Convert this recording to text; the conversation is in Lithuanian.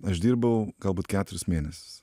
aš dirbau galbūt keturis mėnesius